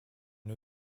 new